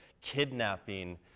kidnapping